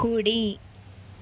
కుడి